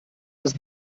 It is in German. das